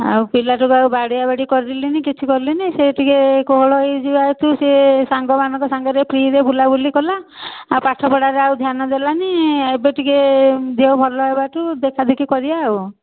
ଆଉ ପିଲାଟାକୁ ଆଉ ବାଡ଼ିଆବାଡ଼ି କରିଲିନି କିଛି କଲିନି ସେ ଟିକିଏ କୋହଳ ହେଇଯିବ ହେତୁ ସିଏ ସାଙ୍ଗମାନଙ୍କ ସାଙ୍ଗରେ ଫ୍ରୀରେ ବୁଲାବୁଲି କଲା ଆଉ ପାଠପଢ଼ାରେ ଆଉ ଧ୍ୟାନ ଦେଲାନି ଏବେ ଟିକିଏ ଦେହ ଭଲ ହେଲାଠୁ ଦେଖାଦେଖି କରିବା ଆଉ